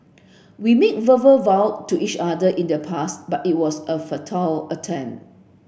we made verbal vow to each other in the past but it was a futile attempt